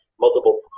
multiple